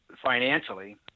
financially